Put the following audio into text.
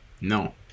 No